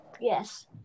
Yes